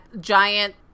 giant